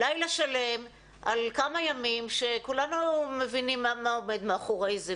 לילה שלם על כמה ימים שכולנו מבינים מה עומד מאחורי זה,